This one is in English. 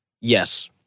Yes